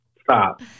stop